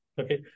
okay